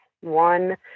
one